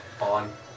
On